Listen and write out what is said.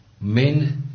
Men